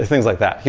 things like that.